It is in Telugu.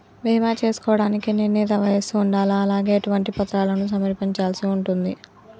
బీమా చేసుకోవడానికి నిర్ణీత వయస్సు ఉండాలా? అలాగే ఎటువంటి పత్రాలను సమర్పించాల్సి ఉంటది?